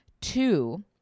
two